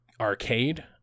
arcade